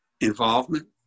involvement